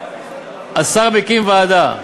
השר מקים ועדה,